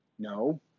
No